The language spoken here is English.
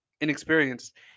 inexperienced